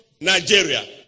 Nigeria